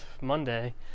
monday